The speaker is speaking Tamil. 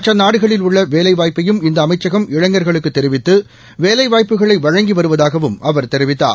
மற்றநாடுகளில் உள்ளவேலைவாய்ப்பையும் இந்தஅமைச்சகம் இளைஞர்களுக்குதெரிவித்து வேலைவாய்ப்புகளைவழங்கிவருவதாகவும் அவர் தெரிவித்தார்